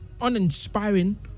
uninspiring